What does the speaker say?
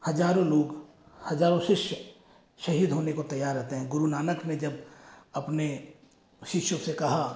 हजारों लोग हजारों शिष्य शहीद होने को तैयार रहते हैं गुरु नानक ने जब अपने शिष्यों से कहाँ